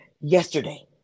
yesterday